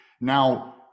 now